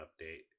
Update